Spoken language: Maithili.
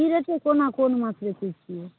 कि रेटसँ कोना कोन माँछ बेचैत छियै